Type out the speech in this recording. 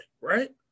right